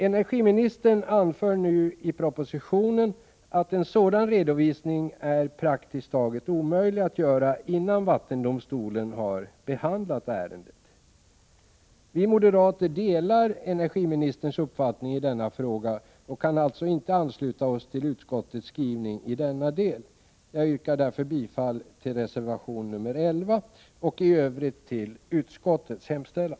Energiministern anför nu i propositionen att en sådan redovisning är praktiskt taget omöjlig att göra innan vattendomstolen har behandlat ärendet. Vi moderater delar energiministerns uppfattning i denna fråga och kan alltså inte ansluta oss till utskottets skrivning i denna del. Jag yrkar därför bifall till reservation nr 11 och i övrigt till utskottets hemställan.